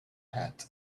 hat